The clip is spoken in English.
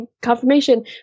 confirmation